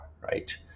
right